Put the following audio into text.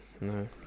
No